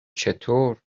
چطور